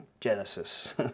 Genesis